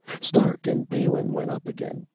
stark and balin went up again,